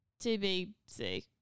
tbc